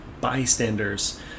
bystanders